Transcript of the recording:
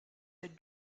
der